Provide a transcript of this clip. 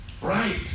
right